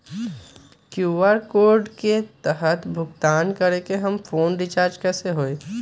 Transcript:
QR code के तहद भुगतान करके हम फोन रिचार्ज कैसे होई?